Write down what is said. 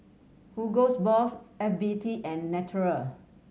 Hugo Boss F B T and Naturel